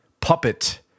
puppet